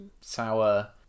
sour